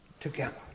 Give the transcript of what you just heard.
together